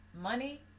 Money